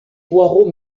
poirot